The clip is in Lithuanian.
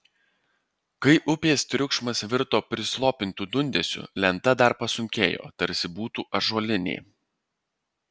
kai upės triukšmas virto prislopintu dundesiu lenta dar pasunkėjo tarsi būtų ąžuolinė